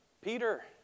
Peter